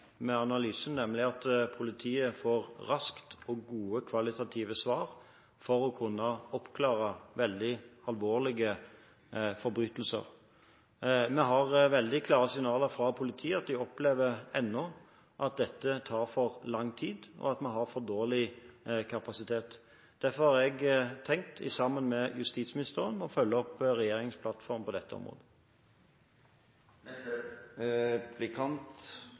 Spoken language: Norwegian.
med analysene, nemlig at politiet får raske og kvalitativt gode svar for å kunne oppklare veldig alvorlige forbrytelser. Vi har veldig klare signaler fra politiet om at de ennå opplever at dette tar for lang tid, og at vi har for dårlig kapasitet. Derfor har jeg tenkt, sammen med justisministeren, å følge opp regjeringens plattform på dette området.